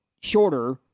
shorter